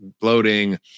Bloating